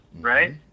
right